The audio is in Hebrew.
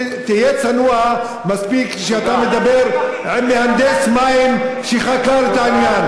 תהיה צנוע מספיק כשאתה מדבר עם מהנדס מים שחקר את העניין.